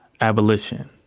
abolition